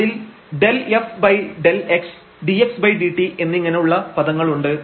അതിൽ ∂f∂x dxdt എന്നിങ്ങനെ ഉള്ള പദങ്ങൾ ഉണ്ട്